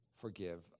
forgive